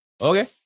Okay